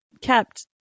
kept